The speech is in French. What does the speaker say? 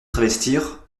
travestir